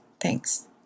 Thanks